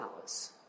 hours